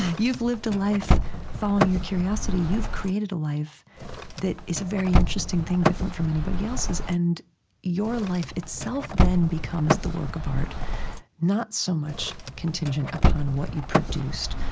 you've lived a life following your curiosity. you've created a life that is a very interesting thing, different from anybody else's. and your life itself then becomes the work of art not so much contingent upon what you produced,